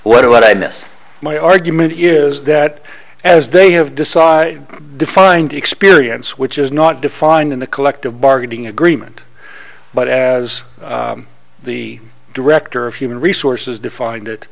ok what i miss my argument is that as they have decided defined experience which is not defined in the collective bargaining agreement but as the director of human resources defined it